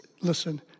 listen